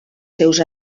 seus